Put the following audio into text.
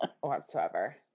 whatsoever